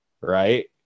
Right